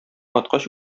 аткач